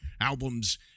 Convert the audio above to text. albums